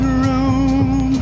room